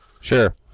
Sure